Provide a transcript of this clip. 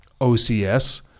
OCS